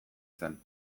zen